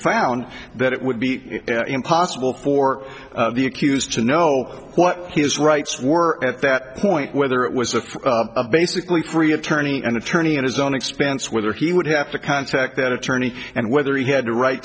found that it would be impossible for the accused to know what his rights were at that point whether it was a basically free attorney an attorney at his own expense whether he would have to contact that attorney and whether he had